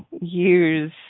use